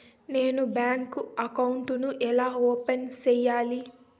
నేను bank account ను ఎలా ఓపెన్ సేయాలి?